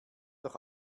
doch